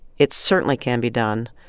it certainly can be done.